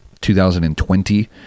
2020